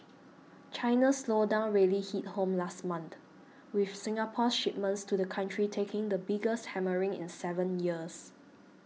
China's slowdown really hit home last month with Singapore's shipments to the country taking the biggest hammering in seven years